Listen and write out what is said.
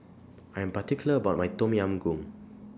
I Am particular about My Tom Yam Goong